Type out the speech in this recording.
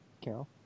Carol